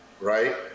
right